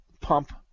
pump